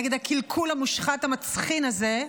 נגד הקלקול המושחת, המצחין הזה,